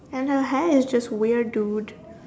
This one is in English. and her hair is just weird dude